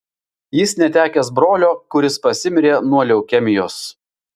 jis netekęs brolio kuris pasimirė nuo leukemijos